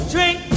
drink